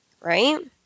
right